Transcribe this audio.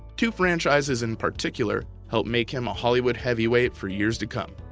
two franchises in particular helped make him a hollywood heavyweight for years to come.